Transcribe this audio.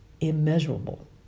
immeasurable